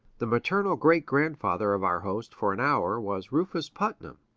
the maternal great-grandfather of our host for an hour was rufus putnam,